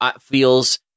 feels